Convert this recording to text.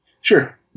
Sure